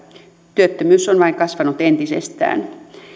työttömyys on vain kasvanut entisestään